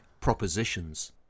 propositions